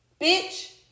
Bitch